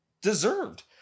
deserved